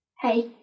Hey